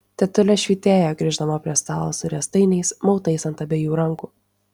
tetulė švytėjo grįždama prie stalo su riestainiais mautais ant abiejų rankų